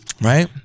right